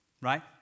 right